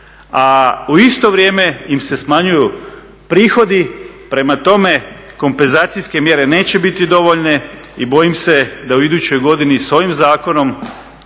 u isto vrijeme im se smanjuju prihodi. Prema tome, kompenzacijske mjere neće biti dovoljne i bojim se da u idućoj godini s ovim zakonom